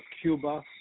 Cuba